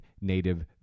native